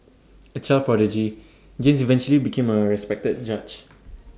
A child prodigy James eventually became A respected judge